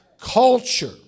Culture